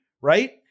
Right